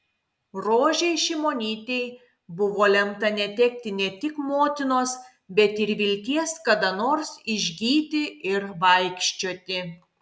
rožei šimonytei buvo lemta netekti ne tik motinos bet ir vilties kada nors išgyti ir vaikščioti